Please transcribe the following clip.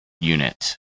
unit